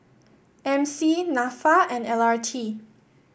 M C NAFA and L R T